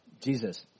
Jesus